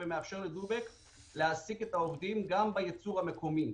זה מאפשר ל"דובק" להעסיק את העובדים בייצור המקומי.